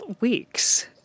weeks